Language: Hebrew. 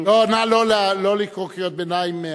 ולא משנה, נא לא לקרוא קריאות ביניים.